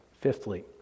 Fifthly